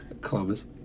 Columbus